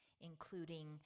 including